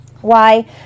Why